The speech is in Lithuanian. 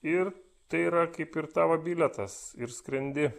ir tai yra kaip ir tavo bilietas ir skrendi